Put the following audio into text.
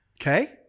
okay